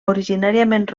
originàriament